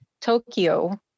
Tokyo